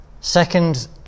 Second